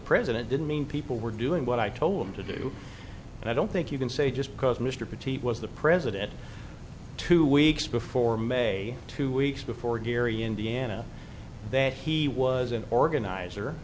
president didn't mean people were doing what i told them to do and i don't think you can say just because mr petite was the president two weeks before may two weeks before gary indiana that he was an organizer